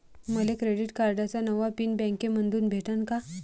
मले क्रेडिट कार्डाचा नवा पिन बँकेमंधून भेटन का?